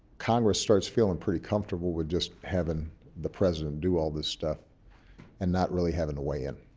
congress starts feeling pretty comfortable with just having the president do all this stuff and not really having to weigh in.